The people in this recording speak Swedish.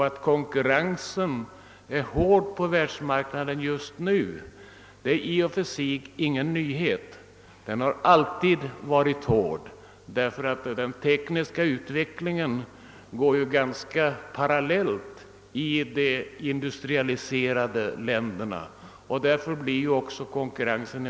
Att konkurrensen på världsmarknaden är hård är ingen nyhet — det har den alltid varit, och den tekniska utvecklingen går ganska parallellt i de industrialiserade länderna, så att de blir ungefär jämbördiga i konkurrensen.